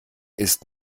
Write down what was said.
ist